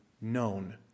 known